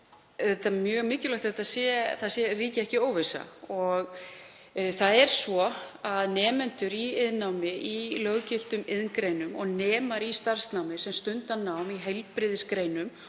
Auðvitað er mjög mikilvægt að ekki ríki óvissa. Það er svo að nemendur í iðnnámi í löggiltum iðngreinum, nemar í starfsnámi sem stunda nám í heilbrigðisgreinum